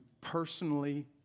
personally